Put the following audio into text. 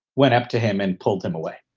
went up to him and pulled him away.